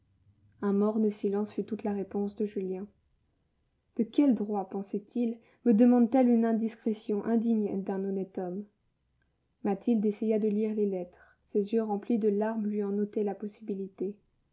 un morne silence fut toute la réponse de julien de quel droit pensait-il me demande t elle une indiscrétion indigne d'un honnête homme mathilde essaya de lire les lettres ses yeux remplis de larmes lui en ôtaient la possibilité